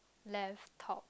left top